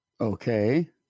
okay